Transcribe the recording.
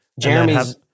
Jeremy's